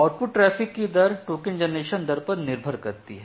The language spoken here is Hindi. आउटपुट ट्रैफ़िक की दर टोकन जनरेशन दर पर निर्भर करती है